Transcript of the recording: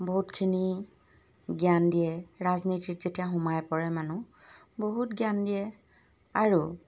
বহুতখিনি জ্ঞান দিয়ে ৰাজনীতিত যেতিয়া সোমাই পৰে মানুহ বহুত জ্ঞান দিয়ে আৰু